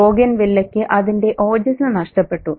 ബൊഗെയ്ൻവില്ലയ്ക്ക് അതിന്റെ ഓജസ്സ് നഷ്ടപ്പെട്ടു